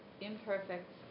imperfect